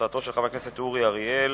הצעתו של חבר הכנסת אורי אריאל,